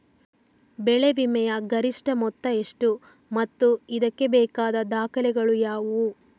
ಬೆಳೆ ವಿಮೆಯ ಗರಿಷ್ಠ ಮೊತ್ತ ಎಷ್ಟು ಮತ್ತು ಇದಕ್ಕೆ ಬೇಕಾದ ದಾಖಲೆಗಳು ಯಾವುವು?